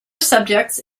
subjects